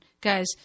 guys